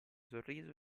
sorriso